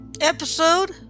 episode